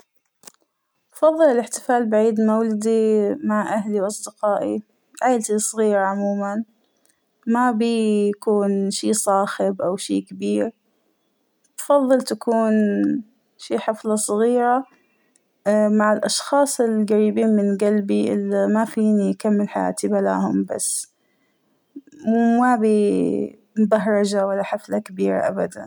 أفضل الإحتفال بعيد مولدى مع أهلى وأصدقائى عيلتى الصغيرة عموماً، مأبى يكون شى صاخب أو شى كبير ، أفضل تكون شى حفلة صغيرة اا- مع الأشخاص القريبين من جلبى اللى ما فينى أكمل حياتى بلاهم بس ، ومأبى بهرجة ولا حفلة كبيرة أبداً.